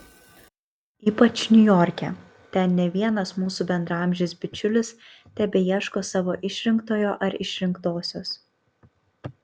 ypač niujorke ten ne vienas mūsų bendraamžis bičiulis tebeieško savo išrinktojo ar išrinktosios